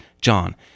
John